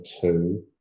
two